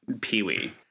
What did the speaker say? Pee-wee